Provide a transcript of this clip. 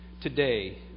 Today